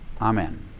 Amen